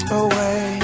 away